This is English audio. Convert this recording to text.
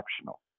optional